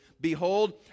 behold